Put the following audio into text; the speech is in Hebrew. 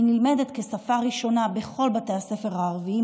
היא נלמדת כשפה ראשונה בכל בתי הספר הערביים,